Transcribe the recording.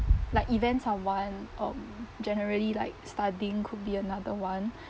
like events are one um generally like studying could be another one